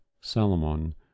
Salomon